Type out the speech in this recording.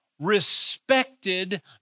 Respected